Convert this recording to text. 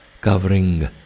covering